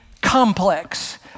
complex